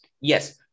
yes